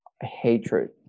hatred